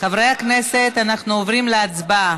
אנחנו עוברים להצבעה.